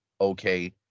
Okay